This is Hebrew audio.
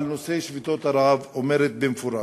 על נושא שביתות הרעב, אומרת במפורש,